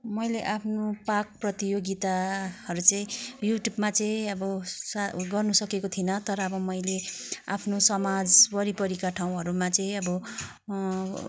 मैले आफ्नो पाक प्रतियोगिताहरू चाहिँ युट्युबमा चाहिँ अब सा गर्नसकेको थिइनँ तर अब मैले आफ्नो समाज वरिपरिका ठाउँहरूमा चाहिँ अब